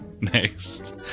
Next